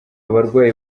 barwayi